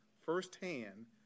firsthand